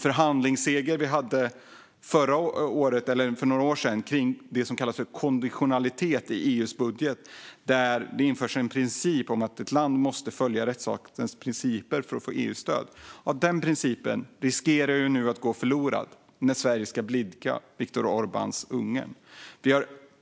Förhandlingssegern för några år sedan gällande det som kallas konditionalitet i EU:s budget, då det infördes en princip om att ett land måste följa rättsstatens principer för att få EU-stöd, riskerar nu att gå förlorad när Sverige ska blidka Viktor Orbáns Ungern.